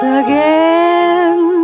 again